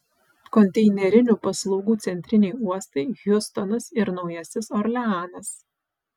konteinerinių paslaugų centriniai uostai hjustonas ir naujasis orleanas